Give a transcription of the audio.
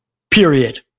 period.